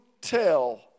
tell